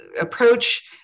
approach